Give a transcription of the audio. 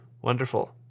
Wonderful